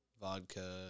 vodka